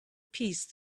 peace